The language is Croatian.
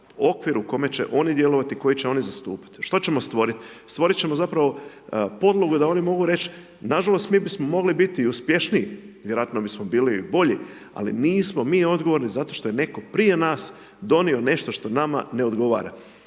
okvir u kojem će oni djelovati koji će oni zastupiti. Što ćemo stvoriti? Stvoriti ćemo zapravo podlogu da oni mogu reći, nažalost, mi bismo mogli biti uspješniji, vjerojatno bismo bili bolji, ali nismo mi odgovorni, zato što je netko prije nas, donio nešto što nama ne odgovara.